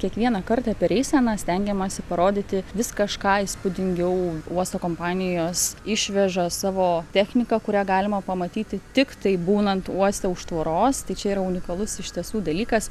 kiekvieną kartą per eiseną stengiamasi parodyti vis kažką įspūdingiau uosto kompanijos išveža savo techniką kurią galima pamatyti tiktai būnant uoste už tvoros tai čia yra unikalus iš tiesų dalykas